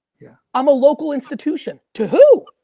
yeah. i'm a local institution to who?